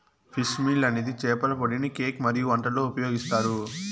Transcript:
fish meal అనేది చేపల పొడిని కేక్ మరియు వంటలలో ఉపయోగిస్తారు